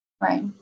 Right